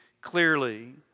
clearly